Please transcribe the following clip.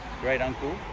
Great-uncle